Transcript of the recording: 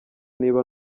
niba